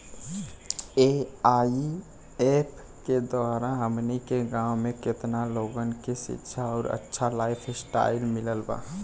AIF के द्वारा हमनी के गांव में केतना लोगन के शिक्षा और अच्छा लाइफस्टाइल मिलल बा